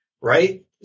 right